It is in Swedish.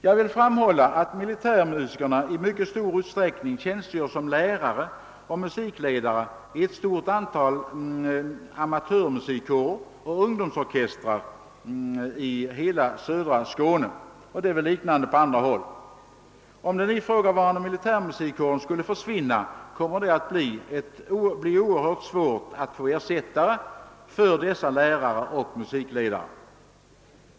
Jag vill framhålla att militärmusikerna i mycket stor utsträckning tjänstgör som lärare och musikledare i många amatörmusikkårer och ungdomsorkestrar i hela södra Skåne. Förhållandena är säkerligen likartade på andra håll. Om den ifrågavarande militärmusikkåren skulle försvinna kommer det att bli oerhört svårt att få ersättare för dessa lärare och musikledare.